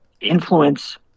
influence